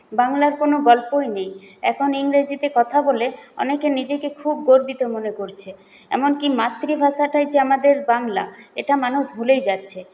বাংলার কোনো গল্পই নেই এখন ইংরেজিতে কথা বলে অনেকে নিজেকে খুব গর্বিত মনে করছে এমনকি মাতৃভাষাটাই যে আমাদের বাংলা এটা মানুষ ভুলেই যাচ্ছে